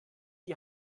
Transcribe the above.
die